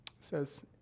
says